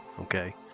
Okay